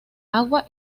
agua